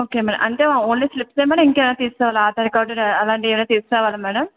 okay madam అంటే only స్లిప్సా మరింకేమైనా తీసుకురావాలా ఆధార్ కార్డు అలాంటియేమైనా తీసుకురావాలా మ్యాడం